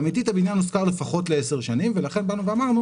אמיתית הבניין הושכר לפחות ל-10 שנים ולכן באנו ואמרנו